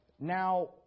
Now